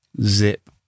zip